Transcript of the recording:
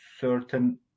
certain